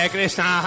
Krishna